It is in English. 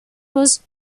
was